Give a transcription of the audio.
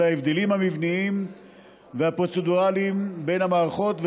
ההבדלים המבניים והפרוצדורליים בין המערכות,